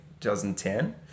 2010